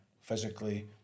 physically